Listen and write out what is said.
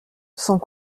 sans